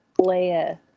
Leia